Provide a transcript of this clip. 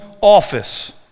office